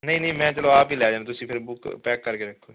ਨਹੀਂ ਨਹੀਂ ਮੈਂ ਚਲੋ ਆਪ ਹੀ ਲੈ ਜਾ ਤੁਸੀਂ ਫਿਰ ਬੁੱਕ ਪੈਕ ਕਰਕੇ ਰੱਖੋ